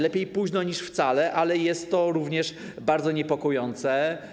Lepiej późno niż wcale, ale jest to również bardzo niepokojące.